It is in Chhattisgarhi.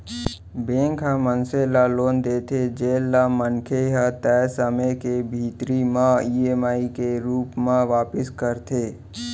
बेंक ह मनसे ल लोन देथे जेन ल मनखे ह तय समे के भीतरी म ईएमआई के रूप म वापिस करथे